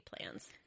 plans